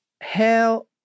Hell